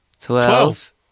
Twelve